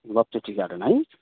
लप्चू tea garden है